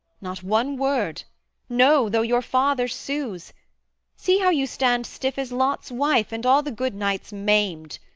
not one word no! though your father sues see how you stand stiff as lot's wife, and all the good knights maimed,